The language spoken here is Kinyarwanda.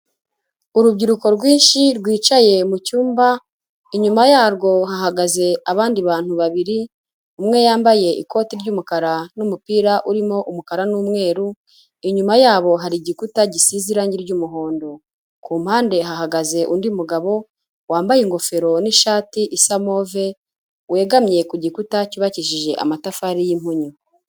Urubyiruko rwinshi rwicaye mu cyumba, inyuma yarwo hahagaze abandi bantu babiri, umwe yambaye ikoti ry'umukara n'umupira urimo umukara n'umweru, inyuma yabo hari igikuta gisize irangi ry'umuhondo. Ku mpande hahagaze undi mugabo wambaye ingofero n'ishati isa move, wegamye ku gikuta cyubakishije amatafari y'impunyu.